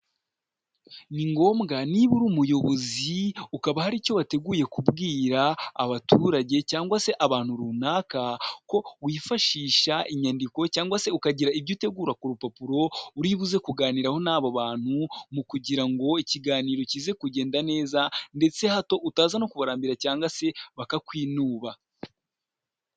Ni ngombwa niba uri umuyobozi ukaba hari icyo wateguye kubwira abaturage cyangwa se abantu runaka ko wifashisha inyandiko cyangwa se ukagira ibyo utegura ku rupapuro uri buze kuganiraho n'abo bantu, mu kugira ngo ikiganiro kize kugenda neza ndetse hato utaza no kubarambira cyangwa se bakakwinuba.